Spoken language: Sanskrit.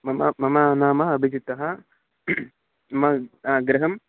मम मम नाम अभिजितः मम गृहं